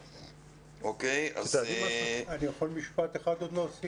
אני יכול משפט אחד עוד להוסיף?